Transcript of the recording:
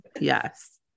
yes